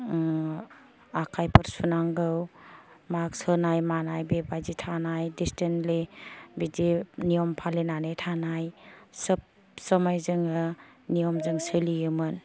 आखायफोर सुनांगौ मास्क होनाय मानाय बेबायदि थानाय दिसटेनलि थानाय बिदि नियम फालिनानै थानाय सोबसमाय जोङो नेमजों सोलियोमोन